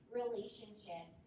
relationship